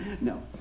no